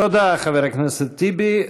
תודה, חבר הכנסת טיבי.